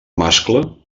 mascle